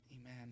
Amen